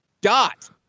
dot